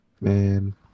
Man